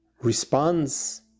responds